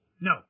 No